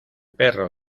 perro